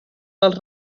dels